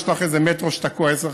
יש לך איזה מטרו שתקוע עשר,